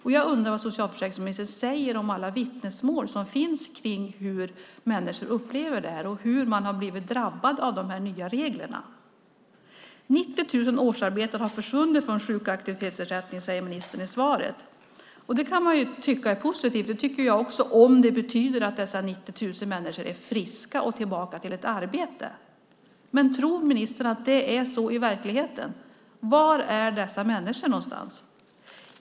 Vad säger socialförsäkringsministern om alla vittnesmål om hur människor upplever detta och hur de har drabbats av de nya reglerna? Det är 90 000 årsarbetare som har försvunnit från sjuk och aktivitetsersättningen, säger ministern i svaret. Det kan man tycka är positivt. Det tycker jag också, om det betyder att dessa 90 000 människor är friska och tillbaka i arbete. Tror ministern att det är så i verkligheten? Var är dessa människor?